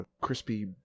crispy